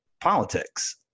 politics